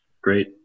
Great